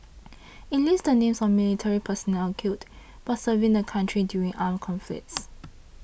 it lists the names of military personnel killed person serving the country during armed conflicts